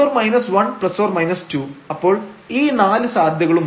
അപ്പോൾ ഈ നാല് സാധ്യതകളുമുണ്ട്